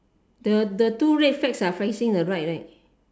the the two red flags are facing the right right